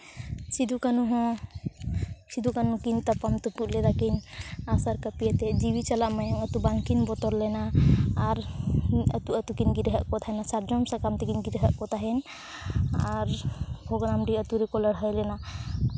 ᱥᱤᱫᱩ ᱠᱟᱹᱱᱩ ᱦᱚᱸ ᱥᱤᱫᱩ ᱠᱟᱹᱱᱩ ᱠᱤᱱ ᱛᱟᱯᱟᱢ ᱛᱩᱯᱩᱫ ᱞᱮᱫᱟᱠᱤᱱ ᱟᱜᱼᱥᱟᱨ ᱠᱟᱹᱯᱤᱭᱟᱛᱮᱫ ᱡᱤᱣᱤ ᱪᱟᱞᱟᱜ ᱢᱟᱭᱟᱝ ᱟᱹᱛᱩ ᱵᱟᱝᱠᱤᱱ ᱵᱚᱛᱚᱨ ᱞᱮᱱᱟ ᱟᱨ ᱟᱹᱛᱩ ᱟᱹᱛᱩ ᱠᱤᱱ ᱜᱤᱨᱟᱹᱣᱟᱫ ᱛᱟᱦᱮᱱᱟ ᱥᱟᱨᱡᱚᱢ ᱥᱟᱠᱟᱢ ᱛᱮᱠᱤᱱ ᱜᱤᱨᱟᱹᱣᱟᱫ ᱛᱟᱦᱮᱱ ᱟᱨ ᱵᱷᱚᱜᱽᱱᱟᱰᱤ ᱟᱹᱛᱩ ᱨᱮᱠᱚ ᱞᱟᱹᱲᱦᱟᱹᱭ ᱞᱮᱱᱟ